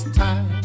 time